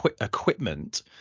equipment